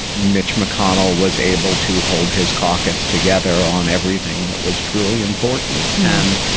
mitch mcconnell was able to hold his caucus together on everything that was truly important. and,